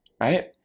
right